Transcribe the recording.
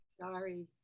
Sorry